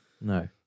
no